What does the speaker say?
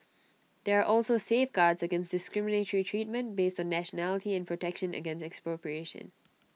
there are also safeguards against discriminatory treatment based on nationality and protection against expropriation